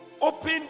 Open